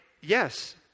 yes